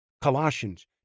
Colossians